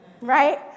right